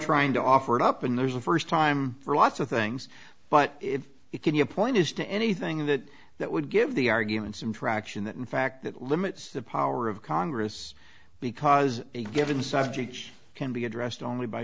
trying to offer it up and there's a first time for lots of things but it can you point is to anything in that that would give the argument some traction that in fact that limits the power of congress because a given subject can be addressed only by